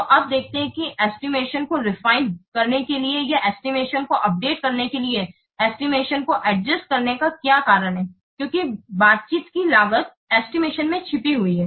तो अब देखते हैं कि एस्टिमेशन को रिफियन करने के लिए या एस्टिमेशन को अपडेट करने के लिए एस्टिमेशन को एडजस्ट करने का क्या कारण है क्योंकि बातचीत की लागत एस्टिमेशन में छिपी हुई है